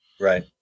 Right